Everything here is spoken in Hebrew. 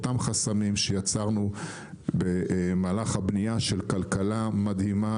אותם חסמים שיצרנו במהלך הבנייה של כלכלה מדהימה,